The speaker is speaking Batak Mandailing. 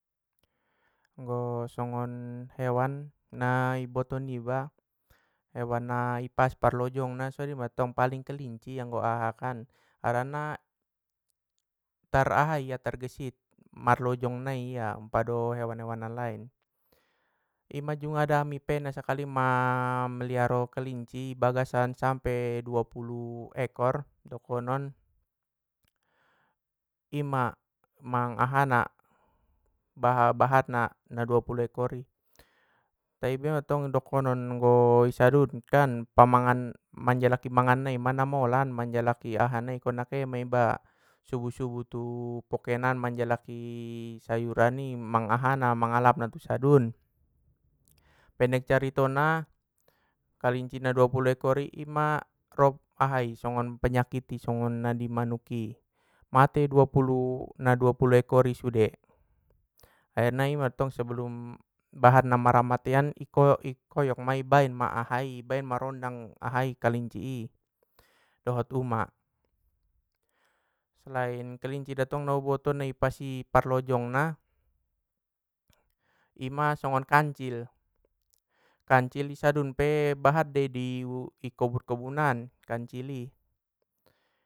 Anggo songon hewan, na binoto niba, hewan na ipas parlojong na songoni mantong paling kelinci anggo aha kan harana kan, tar aha iya targesit marlojong nai ia pado hewan hewan na lain, ima jungada hami pe na sakali ma paliaro kelinci bagasan sampe dua pulu ekor dokonon, ima mang aha na, bahatna na dua pulu ekor i, tai imantong anggo dokonon i sadun kan pamangan- manjalaki mangan nai ma namolan manjalaki aha nai angkon na ke ma iba subuh subuh tu pokenan manjalaki sayuran i mang aha na mang alap na tu sadun. Pendek caritona kalinci na dua pulu ekor ima rob aha songon penyakit i songon na di manuki, mate dua pulu- na dua pulu ekor i sude, akirna i mantong sebelum bahat na marmatean i ko- koyok ma ahai i baen ma rondang ahai kalinci i dohot umak, selain na kalinci tong na uboto na ipas parlojongna, ima songon kancil, kancil i sadun pe bahat dei i kobun kobun an kancil i.